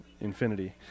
Infinity